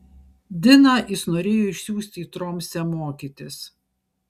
diną jis norėjo išsiųsti į tromsę mokytis